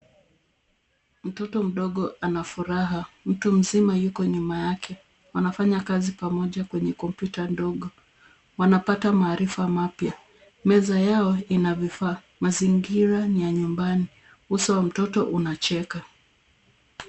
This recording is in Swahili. Mtoto mdogo ana furaha mtu mzima yuko nyuma yake wanafanya kazi pamoja kwenye komputa ndogo wanapata maarifa mapya meza yao ina vifaa mazingira ni ya nyumbani uso wa mtoto unacheka.